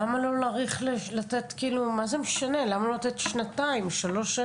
למה לא לתת שנתיים-שלוש?